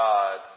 God